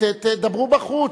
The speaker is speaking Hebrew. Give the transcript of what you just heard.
תדברו בחוץ.